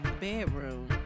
bedroom